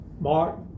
Mark